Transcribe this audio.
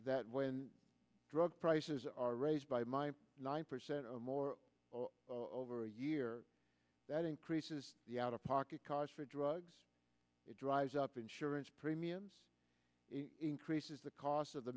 that when drug prices are raised by my nine percent or more over a year that increases the out of pocket costs for drugs it drives up insurance premiums it increases the cost of the